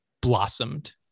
blossomed